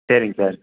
சரிங்க சார்